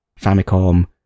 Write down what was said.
famicom